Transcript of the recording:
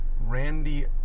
Randy